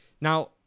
Now